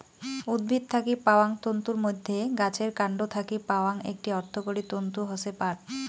উদ্ভিদ থাকি পাওয়াং তন্তুর মইধ্যে গাছের কান্ড থাকি পাওয়াং একটি অর্থকরী তন্তু হসে পাট